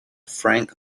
frank